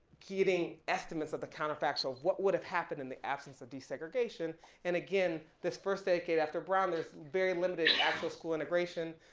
getting estimates of the counter facts of what would've happened in the absence of desegregation and again this first decade after brown there's very limited actual school integration.